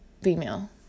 female